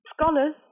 scholars